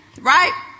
right